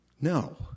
No